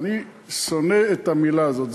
ואני שונא את המילה הזאת,